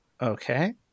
Okay